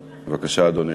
בבקשה, אדוני.